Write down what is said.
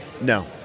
No